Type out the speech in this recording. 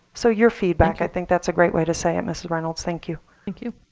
so your feedback, i think that's a great way to say it mrs. reynolds, thank you. thank you.